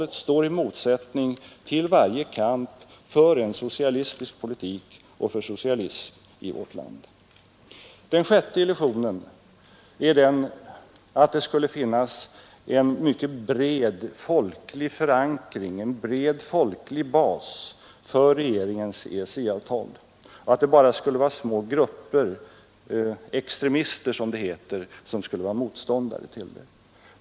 E i motsättning till varje kamp för en socialistisk politik och för socialism i vårt land. Den sjätte illusionen var att det skulle finnas en mycket bred folklig bas för regeringens EEC-avtal och att bara små grupper — extremister, som det heter — skulle vara motståndare till det.